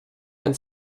and